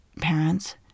parents